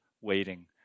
waiting